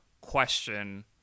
question